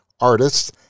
artists